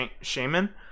shaman